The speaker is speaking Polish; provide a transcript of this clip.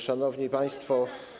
Szanowni Państwo!